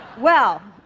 well,